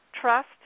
trust